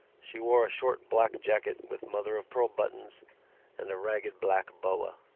she wore a short black jacket with mother-of-pearl buttons and a ragged black boa.